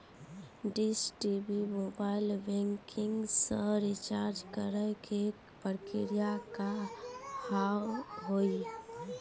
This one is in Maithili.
डिश टी.वी मोबाइल बैंकिंग से रिचार्ज करे के प्रक्रिया का हाव हई?